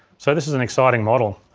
so this is an exciting model.